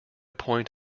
point